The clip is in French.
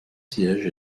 siège